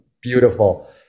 beautiful